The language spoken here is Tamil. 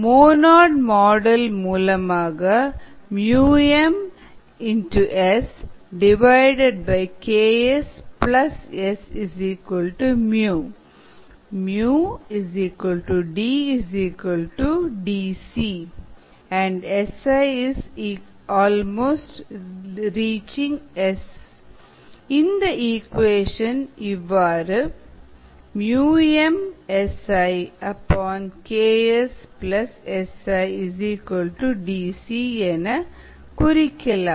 மோநோட் மாடல் மூலமாக mSKsS µ D Dc S→Si இந்த இக்குவேஷன் இவ்வாறு mSiKsSi Dc என குறிக்கலாம்